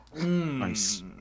Nice